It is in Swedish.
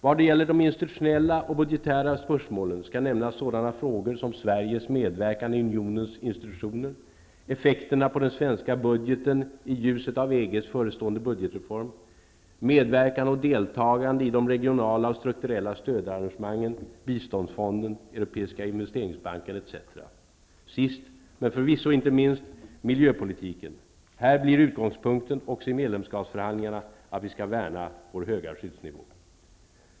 Vad gäller de institutionella och budgetära spörsmålen skall nämnas sådana frågor som Sveriges medverkan i unionens institutioner, effekterna på den svenska budgeten i ljuset av EG:s förestående budgetreform, medverkan och deltagande i de regionala och strukturella stödarrangemangen, biståndsfonden, Europeiska -- Sist, men förvisso inte minst, miljöpolitiken. Här blir utgångspunkten också i medlemskapsförhandlingarna att vi skall värna vår höga skyddsnivå.